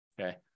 okay